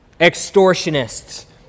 extortionists